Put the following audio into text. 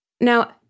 Now